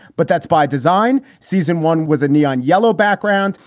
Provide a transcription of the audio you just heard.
but that's by design. season one was a neon yellow background.